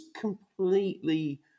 completely